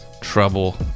Trouble